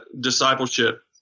discipleship